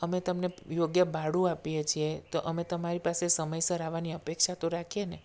અમે તમને યોગ્ય ભાડું આપીએ છીએ તો અમે તમારી પાસે સમયસર આવવાની અપેક્ષા તો રાખીએ ને